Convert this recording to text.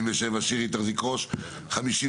56,